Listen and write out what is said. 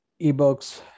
eBooks